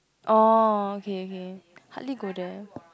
orh okay okay hardly go there